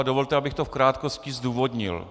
Dovolte mi, abych to v krátkosti zdůvodnil.